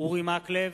אורי מקלב,